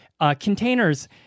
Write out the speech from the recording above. containers